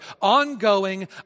ongoing